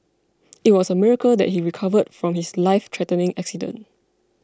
it was a miracle that he recovered from his life threatening accident